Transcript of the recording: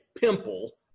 pimple